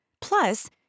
Plus